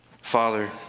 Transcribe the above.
Father